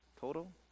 Total